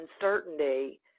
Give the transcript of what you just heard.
uncertainty